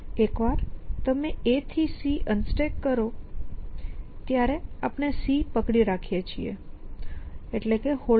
એકવાર તમે A થી C અનસ્ટેક કરો ત્યારે આપણે C પકડી રાખીએ છીએ Holding